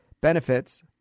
benefits